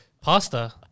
Pasta